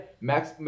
Max